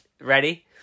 Ready